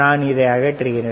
நான் இதை அகற்றுகிறேன்